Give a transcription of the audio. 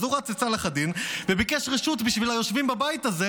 אז הוא רץ לצלאח א-דין וביקש רשות בשביל היושבים בבית הזה,